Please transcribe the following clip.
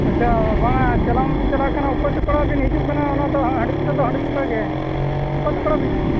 ᱟᱪᱪᱷᱟ ᱵᱟᱝᱼᱟ ᱪᱟᱞᱟᱜ ᱢᱟᱵᱮᱱ ᱪᱟᱞᱟᱜ ᱠᱟᱱᱟ ᱚᱠᱚᱭ ᱛᱟᱠᱚ ᱚᱲᱟᱜ ᱵᱤᱱ ᱦᱤᱡᱩᱜ ᱠᱟᱱᱟ ᱚᱱᱟᱫᱚ ᱦᱟᱺᱰᱤᱠᱩᱴᱟᱹ ᱫᱚ ᱦᱟᱺᱰᱤᱠᱩᱴᱟᱹ ᱜᱮ ᱚᱠᱚᱭ ᱛᱟᱠᱚ ᱚᱲᱟᱜ ᱵᱮᱱ